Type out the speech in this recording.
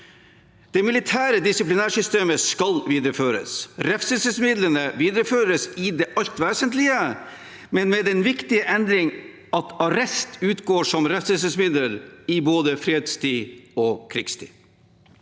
Det militære disiplinærsystemet skal videreføres. Refselsesmidlene videreføres i det alt vesentlige, men med den viktige endring at arrest utgår som refselsesmiddel i både fredstid og krigstid.